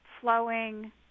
flowing